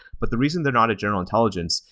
but the reason they're not a general intelligence,